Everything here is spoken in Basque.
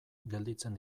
gelditzen